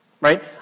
Right